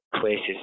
places